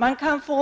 Man kan också